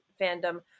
fandom